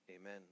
Amen